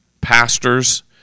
pastors